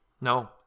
No